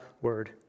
word